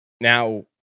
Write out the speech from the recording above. Now